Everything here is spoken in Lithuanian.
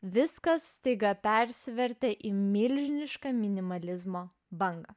viskas staiga persivertė į milžinišką minimalizmo banga